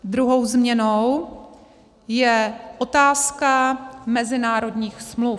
Druhou změnou je otázka mezinárodních smluv.